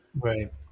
Right